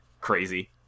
crazy